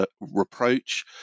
reproach